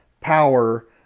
power